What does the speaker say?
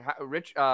Rich